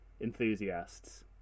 enthusiasts